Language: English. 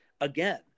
again